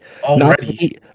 already